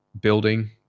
building